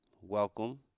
welcome